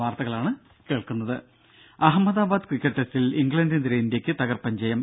രുര അഹമ്മദാബാദ് ക്രിക്കറ്റ് ടെസ്റ്റിൽ ഇംഗ്ലണ്ടിനെതിരെ ഇന്ത്യക്ക് തകർപ്പൻ ജയം